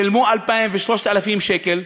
הם שילמו 2,000 ו-3,000 שקל,